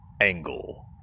Angle